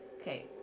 Okay